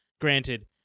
Granted